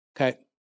Okay